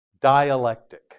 dialectic